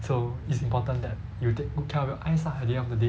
so it's important that you will take good care of your eyes lah at the end of the day